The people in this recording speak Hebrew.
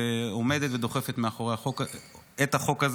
ועומדת ודוחפת את החוק הזה,